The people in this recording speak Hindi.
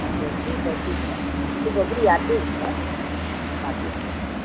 अच्छा ठीक है ठीक है हम तो बबूरी आते ही है हम आते हैं बबूरी